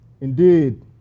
Indeed